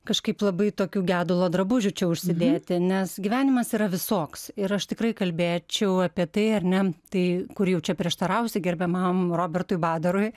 kažkaip labai tokių gedulo drabužių čia užsidėti nes gyvenimas yra visoks ir aš tikrai kalbėčiau apie tai ar ne tai kur jau čia prieštarausi gerbiamam robertui badarui